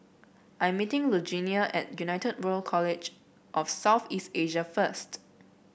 I'm meeting Lugenia at United World College of South East Asia first